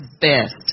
best